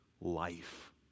life